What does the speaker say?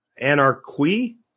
Anarchy